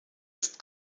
ist